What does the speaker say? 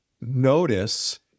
notice